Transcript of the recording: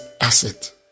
asset